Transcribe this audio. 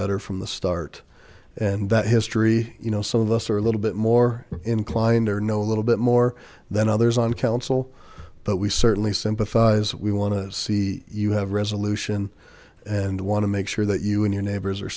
better from the start and that history you know some of us are a little bit more inclined or know a little bit more than others on council but we certainly sympathize we want to see you have resolution and want to make sure that you and your neighbors are